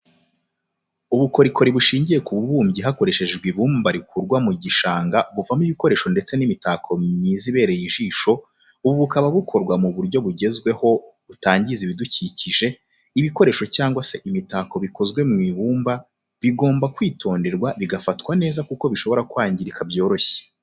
Ubukorikori bushingiye ku bubumbyi hakoreshejwe ibumba rikurwa mu gishanga buvamo ibikoresho ndetse n'imitako myiza ibereye ijisho, ubu bukaba bukorwa mu buryo bugezweho butangiza ibidukikije, ibikoresha cyangwa se imitako bikozwe mu ibumba bigomba kwitonderwa bigafatwa neza kuko bishobora kwangirika byoroshye.